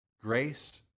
grace